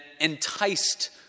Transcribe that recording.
enticed